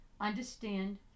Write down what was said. Understand